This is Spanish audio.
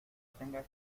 tengas